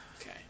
Okay